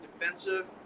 defensive